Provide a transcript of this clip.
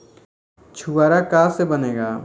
छुआरा का से बनेगा?